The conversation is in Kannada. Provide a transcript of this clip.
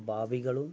ಬಾವಿಗಳು